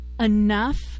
Enough